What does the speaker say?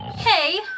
Hey